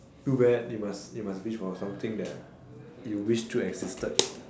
too bad you must you must wish for something that you wish still existed